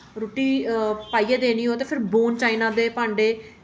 रुट्टी पाइयै देनी होए ते फिर बोन चाइना दे भांडे